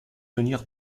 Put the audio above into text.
tenir